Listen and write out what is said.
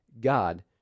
God